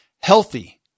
healthy